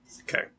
Okay